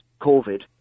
COVID